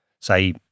say